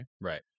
Right